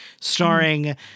starring